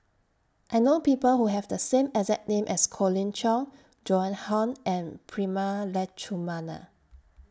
I know People Who Have The same exact name as Colin Cheong Joan Hon and Prema Letchumanan